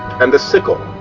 and the sickle,